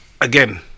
again